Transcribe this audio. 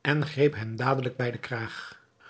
en greep hem dadelijk bij den kraag